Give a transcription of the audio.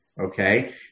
Okay